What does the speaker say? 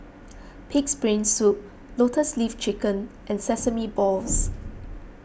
Pig's Brain Soup Lotus Leaf Chicken and Sesame Balls